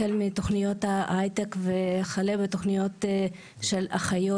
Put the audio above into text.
החל מתוכניות ההייטק וכלה בתוכניות אחיות.